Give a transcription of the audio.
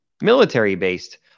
military-based